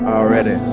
already